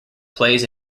plays